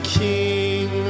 king